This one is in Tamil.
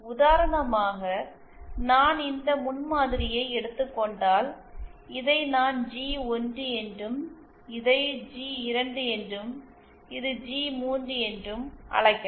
உதாரணமாக நான் இந்த முன்மாதிரியை எடுத்துக் கொண்டால் இதை நான் ஜி 1 என்றும் இதை ஜி 2 என்றும் இது ஜி 3 என்றும் அழைக்கலாம்